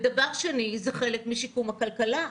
ודבר שני, זה חלק משיקום הכלכלה,